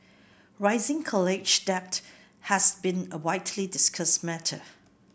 rising college debt has been a widely discussed matter